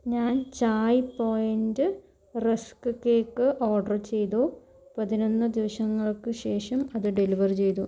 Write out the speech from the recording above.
ഞാൻ Chai Point rusk cake order ചെയ്തു പതിനൊന്ന് ദിവസങ്ങൾക്ക് ശേഷം അത് ഡെലിവർ ചെയ്തു